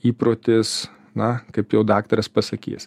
įprotis na kaip jau daktaras pasakys